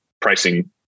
pricing